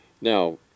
Now